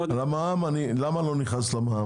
למה אני לא נכנס למע"מ?